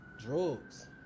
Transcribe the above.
drugs